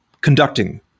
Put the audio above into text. conducting